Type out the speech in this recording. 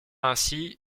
ainsi